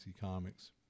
Comics